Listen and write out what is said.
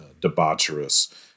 debaucherous